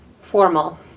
formal